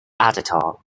editor